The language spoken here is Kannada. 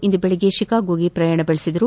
ಇಂದು ಬೆಳಗ್ಗೆ ಶಿಕಾಗೋಗೆ ಪ್ರಯಾಣ ಬೆಳೆಸಿದರು